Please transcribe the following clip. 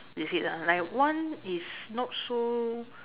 is it ah like one is not so